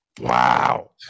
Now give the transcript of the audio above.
Wow